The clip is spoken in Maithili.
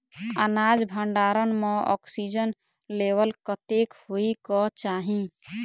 अनाज भण्डारण म ऑक्सीजन लेवल कतेक होइ कऽ चाहि?